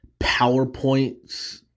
PowerPoints